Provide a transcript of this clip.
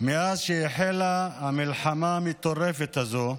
מאז שהחלה המלחמה המטורפת הזו,